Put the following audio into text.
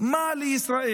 מה לישראל?